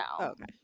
okay